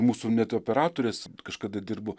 mūsų net operatorės kažkada dirbo